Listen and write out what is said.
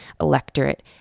electorate